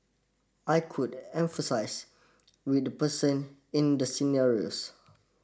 I could emphasise with the person in the scenarios